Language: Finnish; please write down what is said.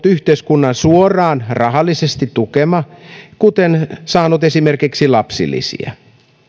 yhteiskunnan suoraan rahallisesti tukema kuten saanut esimerkiksi lapsilisiä